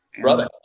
Brother